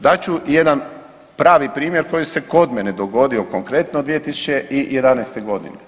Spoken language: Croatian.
Dat ću jedan pravi primjer koji se kod mene dogodio konkretno 2011. godine.